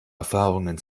erfahrungen